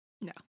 No